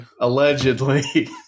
Allegedly